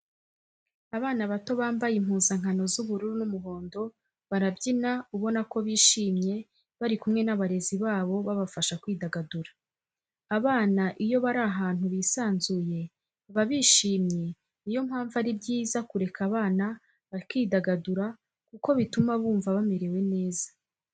Abana bato bambaye impuzankano z'ubururu n'umuhondo barabyina, ubona ko bishimye bari kumwe n'abarezi babo babafasha kwidagadura. Abana iyo bari ahantu bisanzuye baba bishimye niyo mpamvu ari byiza kureka abana bakidagadura kuko bituma bumva bamerewe neza.